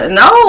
no